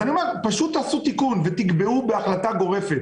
לכן אני מבקש שתעשו תיקון ותקבעו בהחלטה גורפת